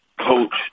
coach